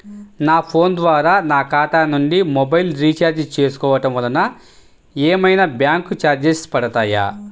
నా ఫోన్ ద్వారా నా ఖాతా నుండి మొబైల్ రీఛార్జ్ చేసుకోవటం వలన ఏమైనా బ్యాంకు చార్జెస్ పడతాయా?